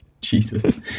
Jesus